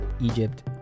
Egypt